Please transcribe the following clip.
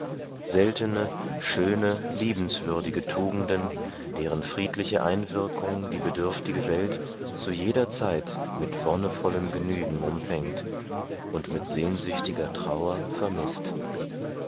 seltene schöne liebenswürdige tugenden deren friedliche einwirkung die bedürftige welt zu jeder zeit mit wonnevollem genügen umfängt und mit sehnsüchtiger trauer vermißt